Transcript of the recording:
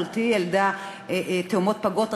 אחותי ילדה תאומות פגות,